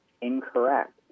incorrect